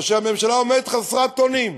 כאשר הממשלה עומדת חסרת אונים,